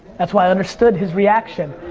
that's why i understood his reaction.